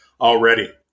already